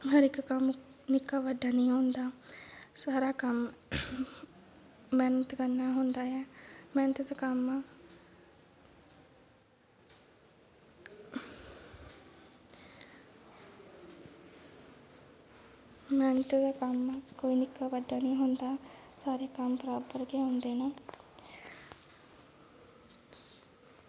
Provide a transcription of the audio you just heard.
हर इक कम्म निक्का बड्डा नी होंदा सारा कम्म मेह्नत कन्नै होंदा ऐ मेह्नत दा कम्म मेह्नत दा कम्म कोई निक्का बड्डा नी होंदा सारे कम्म बराबर गै होंदे न